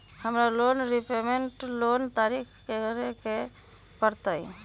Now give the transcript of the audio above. हमरा loan repayment कोन तारीख के करे के परतई?